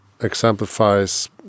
exemplifies